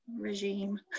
regime